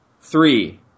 Three